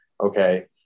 Okay